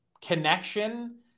connection